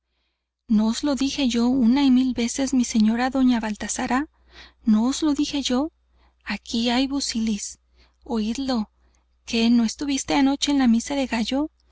os lo dije yo una y mil veces mi señora doña baltasara no os lo dije yo aquí hay busilis oídlo qué no estuvisteis anoche en la misa del gallo